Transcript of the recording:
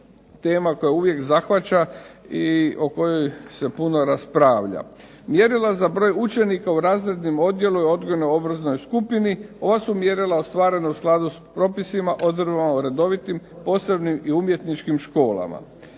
tema koja uvijek zahvaća i o kojoj se puno raspravlja. Mjerila za broj učenika u razrednom odjelu i odgojno obrazovnoj skupini, ova su mjerila ostvarena u skladu s propisima odredbama o redovitim, posebnim i umjetničkim školama.